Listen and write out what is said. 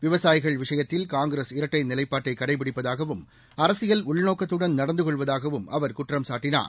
விவசாயிகள் விஷயத்தில் காங்கிரஸ் இரட்டை நிலைப்பாட்டை கடைபிடிப்பதாகவும் அரசியல் உள்நோக்கத்துடன் நடந்து கொள்வதாகவும் அவர் குற்றம் சாட்டினார்